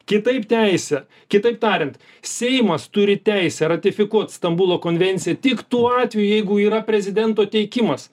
kitaip teisę kitaip tariant seimas turi teisę ratifikuot stambulo konvenciją tik tuo atveju jeigu yra prezidento teikimas